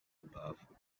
above